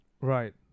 Right